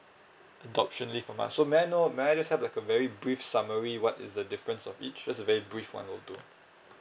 adoption leave for my so may I know may I just have like a very brief summary what is the difference of each just a very brief one will do